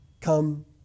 come